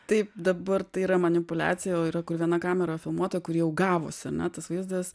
taip dabar tai yra manipuliacija o yra kur viena kamera filmuota kur jau gavosi ar ne tas vaizdas